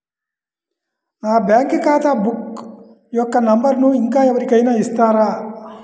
నా బ్యాంక్ ఖాతా బుక్ యొక్క నంబరును ఇంకా ఎవరి కైనా ఇస్తారా?